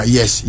Yes